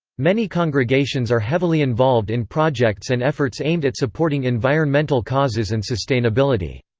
many congregations are heavily involved in projects and efforts aimed at supporting environmental causes and sustainability.